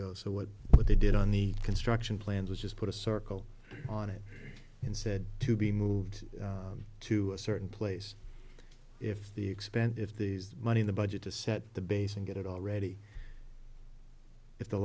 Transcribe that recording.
so what they did on the construction plans was just put a circle on it and said to be moved to a certain place if they expend if the money in the budget to set the base and get it already if the